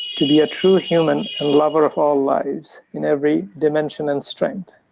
to be a true human and lover of all lives in every dimension and strength,